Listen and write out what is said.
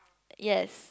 yes